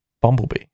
Bumblebee